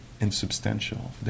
insubstantial